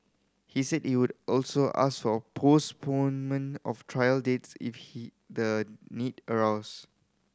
he said he would also ask for a postponement of trial dates if he the need arose